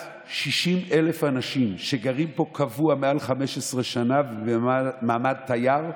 כמעט 60,000 אנשים שגרים כאן קבוע מעל 15 שנה במעמד תייר?